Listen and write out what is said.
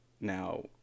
Now